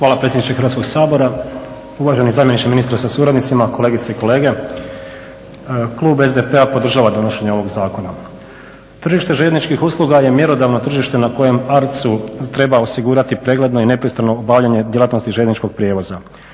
Hvala predsjedniče Hrvatskog sabora, uvaženi zamjeniče ministra sa suradnicima, kolegice i kolege. Klub SDP-a podržava donošenje ovog zakona. Tržište željezničkih usluga je mjerodavno tržište na kojem ARCA-u treba osigurati pregledno i nepristrano obavljanje djelatnosti željezničkog prijevoza.